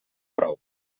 prou